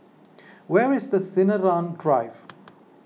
where is the Sinaran Drive